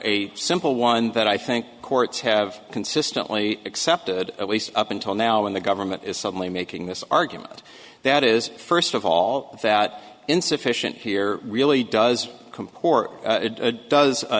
a simple one that i think courts have consistently accepted at least up until now when the government is suddenly making this argument that is first of all that insufficient here really does